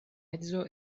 edzo